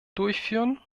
durchführen